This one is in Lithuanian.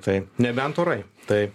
tai nebent orai tai